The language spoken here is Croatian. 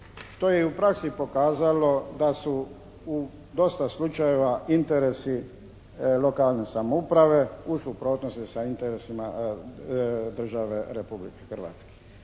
što je i u praksi pokazalo da su u dosta slučajeva interesi lokalne samouprave u suprotnosti sa interesima države Republike Hrvatske.